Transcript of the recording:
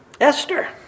Esther